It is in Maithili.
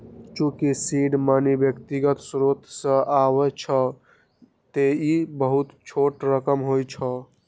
चूंकि सीड मनी व्यक्तिगत स्रोत सं आबै छै, तें ई बहुत छोट रकम होइ छै